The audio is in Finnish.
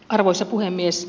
arvoisa puhemies